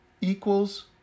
equals